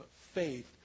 faith